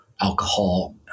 alcohol